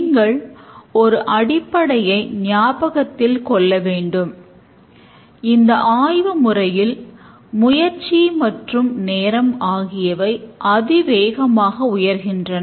நீங்கள் ஒரு அடிப்படையை ஞாபகத்தில்கொள்ள வேண்டும் இந்த ஆய்வு முறையில் முயற்சி மற்றும் நேரம் ஆகியவை அதிவேகமாக உயர்கின்றன